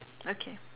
okay